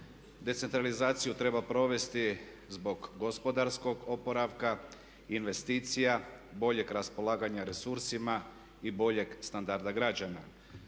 Decentralizaciju treba provesti zbog gospodarskog oporavka, investicija, boljeg raspolaganja resursima i boljeg standarda građana.